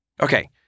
Okay